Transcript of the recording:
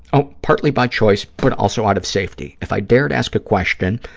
oh, partly by choice but also out of safety. if i dared ask a question,